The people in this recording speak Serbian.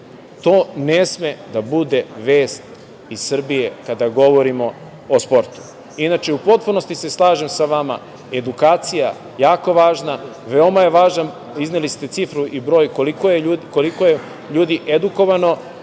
To ne sme da bude vest iz Srbije kada govorimo o sportu. Inače, u potpunosti se slažem sa vama, edukacija je jako važna. Veoma je važan, izneli ste cifru i broj koliko je ljudi edukovano,